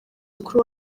mukuru